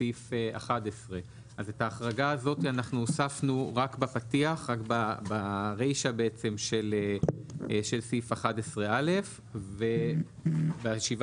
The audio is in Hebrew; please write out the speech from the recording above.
סעיף 11. את ההחרגה הזאת אנחנו הוספנו רק ברישה של סעיף 11א. בישיבה